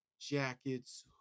jackets